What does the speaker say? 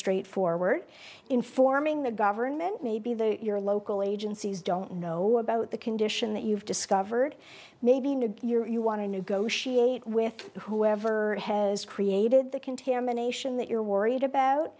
straightforward informing the government maybe the your local agencies don't know about the condition that you've discovered maybe you want to negotiate with whoever has created the contamination that you're worried about